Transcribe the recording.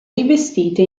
rivestite